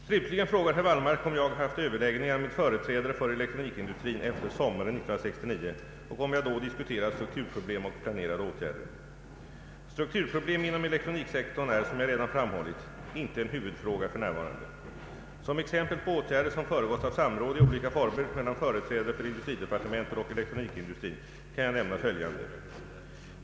Slutligen frågar herr Wallmark om jag haft överläggningar med företrädare för elektronikindustrin efter sommaren 1969 och om jag då diskuterat strukturproblem och planerade åtgärder. Strukturproblem inom elektroniksektorn är, som jag redan framhållit, inte en huvudfråga f.n. Som exempel på åtgärder som föregåtts av samråd i olika former mellan företrädare för industridepartementet och elektronikindustrin kan jag nämna följande.